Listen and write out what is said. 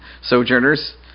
sojourners